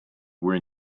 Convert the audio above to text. were